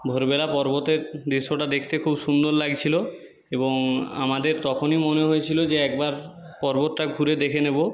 ভোরবেলা পর্বতের দৃশ্যটা দেখতে খুব সুন্দর লাগছিল এবং আমাদের তখনি মনে হয়েছিল যে একবার পর্বতটা ঘুরে দেখে নেব